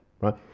right